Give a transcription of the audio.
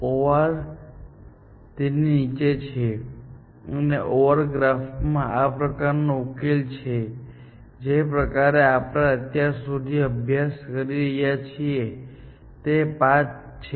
OR node તેની નીચે છે અને OR ગ્રાફમાં આ પ્રકારનો ઉકેલ જે પ્રકારનો આપણે અત્યાર સુધી અભ્યાસ કરી રહ્યા છીએ તે પાથ છે